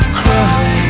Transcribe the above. cry